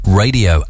radio